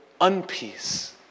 unpeace